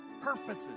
purposes